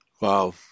Wow